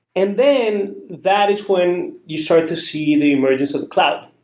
and then that is when you start to see the emergence of the cloud,